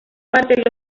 parte